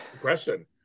question